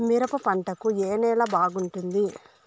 మిరప పంట కు ఏ నేల బాగుంటుంది?